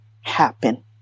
happen